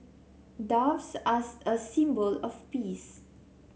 doves as a symbol of peace